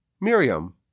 Miriam